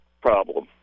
problem